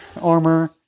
armor